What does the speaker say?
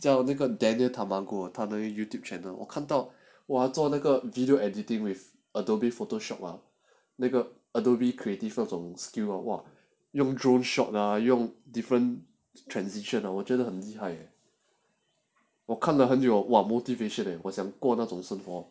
叫那个 daniel tamago 他的 YouTube channel 我看到 !wah! 还做那个 video editing with Adobe Photoshop while 那个 Adobe creative 那种 skill !wah! 用 drone shot lah 用 different transition 的我觉得很厉害我看了很有 !wah! motivation eh 我想过那种生活